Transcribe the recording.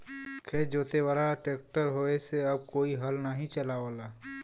खेत जोते वाला ट्रैक्टर होये से अब कोई हल नाही चलावला